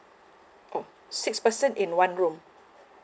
oh six person in one room